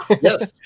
Yes